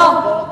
לא.